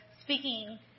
speaking